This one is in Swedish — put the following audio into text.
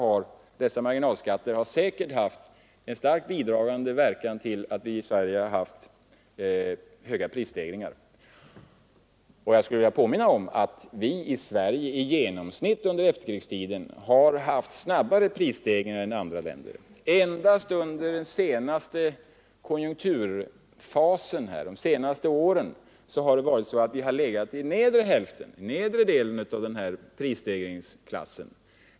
De höga marginalskatterna har säkert varit en starkt bidragande orsak till att vi i Sverige haft höga prisstegringar. Jag skulle vilja påminna om att vi i Sverige i genomsnitt under efterkrigstiden har haft snabbare prisstegringar än andra länder. Endast under den senaste konjunkturfasen — under de senaste åren — har vi legat i nedre delen av prisstegringstabellen.